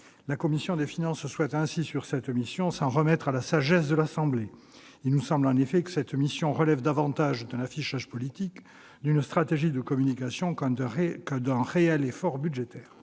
la commission des finances souhaite s'en remettre à la sagesse de la Haute Assemblée. Il nous semble, en effet, qu'elle relève davantage d'un affichage politique, d'une stratégie de communication que d'un réel effort budgétaire.